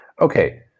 Okay